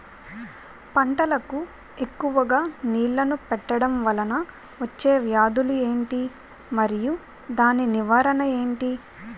పంటలకు ఎక్కువుగా నీళ్లను పెట్టడం వలన వచ్చే వ్యాధులు ఏంటి? మరియు దాని నివారణ ఏంటి?